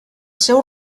seu